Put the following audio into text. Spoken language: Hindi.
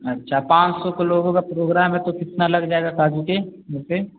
अच्छा पाँच सौ के लोगों का प्रोग्राम है तो कितना लग जाएगा शादी के उससे